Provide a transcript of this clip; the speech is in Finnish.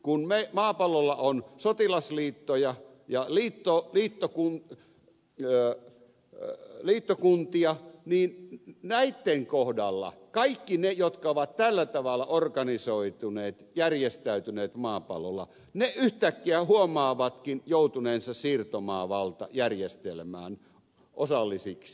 kun maapallolla on sotilasliittoja ja liittokuntia niin näitten kohdalla kaikki ne jotka ovat tällä tavalla organisoituneet järjestäytyneet maapallolla yhtäkkiä huomaavatkin joutuneensa siirtomaavaltajärjestelmään osallisiksi